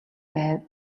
байв